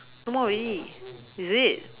no more already is it